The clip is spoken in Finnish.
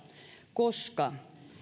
koska